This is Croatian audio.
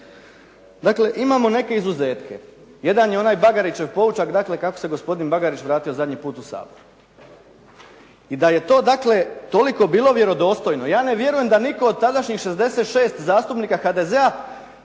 Dakle, imamo neke izuzetke. Jedan je onaj Bagarićev poučak, dakle kako se gospodin Bagarić vratio zadnji put u Sabor. I da je to, dakle toliko bilo vjerodostojno, ja ne vjerujem da nitko od tadašnjih 66 zastupnika HDZ-a